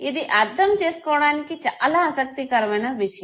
ఇది అర్ధం చేసుకోవడానికి చాలా ఆసక్తికరమైన విషయం